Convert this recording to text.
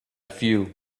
view